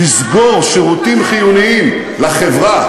לסגור שירותים חיוניים לחברה,